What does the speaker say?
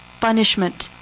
punishment